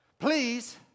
Please